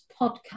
podcast